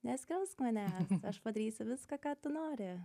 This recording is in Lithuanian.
neskriausk manęs aš padarysiu viską ką tu nori